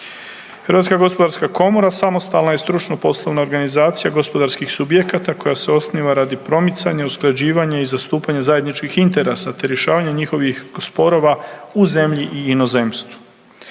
legislativom u RH. HKG samostalna je stručno poslovna organizacija gospodarskih subjekata koja se osniva radi promicanja, usklađivanja i zastupanja zajedničkih interesa, te rješavanja njihovih sporova u zemlji i inozemstvu.